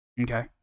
Okay